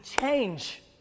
change